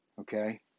Okay